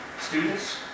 Students